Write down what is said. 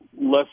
less